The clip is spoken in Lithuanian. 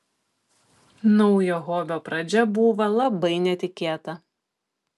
naujo hobio pradžia būva labai netikėta